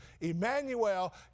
emmanuel